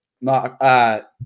Mark